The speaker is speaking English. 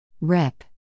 Rep